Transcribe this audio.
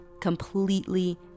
completely